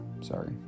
sorry